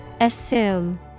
Assume